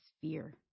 fear